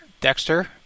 Dexter